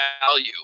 value